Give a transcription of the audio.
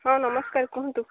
ହଁ ନମସ୍କାର କୁହନ୍ତୁ